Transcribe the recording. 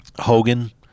Hogan